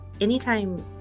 anytime